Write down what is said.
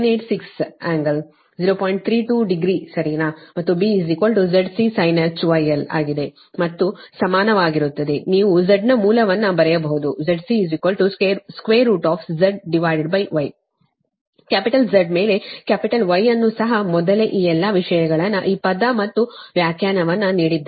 32 degree ಸರಿನಾ ಮತ್ತು B ZCsinh γl ಆಗಿದೆ ಮತ್ತು ಸಮಾನವಾಗಿರುತ್ತದೆ ನೀವು Z ನ ಮೂಲವನ್ನು ಬರೆಯಬಹುದು ZC ZY ಕ್ಯಾಪಿಟಲ್ Z ಮೇಲೆ ಕ್ಯಾಪಿಟಲ್ Y ಅನ್ನು ಸಹ ಮೊದಲೇ ಈ ಎಲ್ಲ ವಿಷಯಗಳನ್ನು ಈ ಪದ ಮತ್ತು ವ್ಯಾಖ್ಯಾನವನ್ನು ನೀಡಿದ್ದೇವೆ